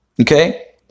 Okay